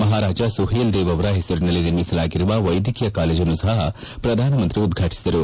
ಮಹಾರಾಜ Suheldev ಅವರ ಹೆಸರಿನಲ್ಲಿ ನಿರ್ಮಿಸಲಾಗಿರುವ ವೈದ್ಯಕೀಯ ಕಾಲೇಜನ್ನು ಸಹ ಪ್ರಧಾನಮಂತ್ರಿ ಉದ್ಘಾಟಿಸಿದರು